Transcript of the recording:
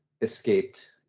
escaped